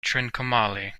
trincomalee